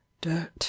dirt